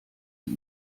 sie